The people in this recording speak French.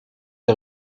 des